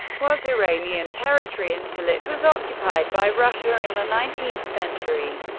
was iranian territory until it was occupied by russia in the nineteenth century.